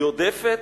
יודפת,